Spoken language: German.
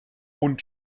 und